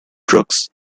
drugs